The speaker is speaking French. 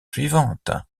suivantes